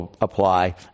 apply